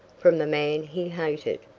from the man he hated,